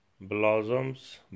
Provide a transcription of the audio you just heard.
Blossoms